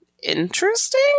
interesting